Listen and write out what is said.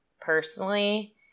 personally